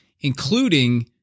including